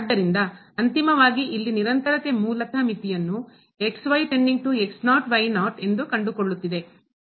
ಆದ್ದರಿಂದ ಅಂತಿಮವಾಗಿ ಇಲ್ಲಿ ನಿರಂತರತೆ ಮೂಲತಃ ಮಿತಿಯನ್ನು ಎಂದು ಕಂಡುಕೊಳ್ಳುತ್ತಿದೆ